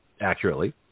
accurately